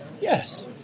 Yes